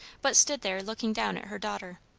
but stood there looking down at her daughter.